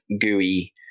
gooey